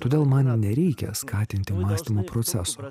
todėl man nereikia skatinti mąstymo proceso